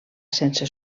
sense